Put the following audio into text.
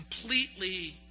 completely